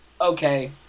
okay